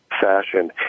fashion